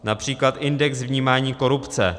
Například index vnímání korupce.